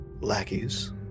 lackeys